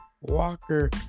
Walker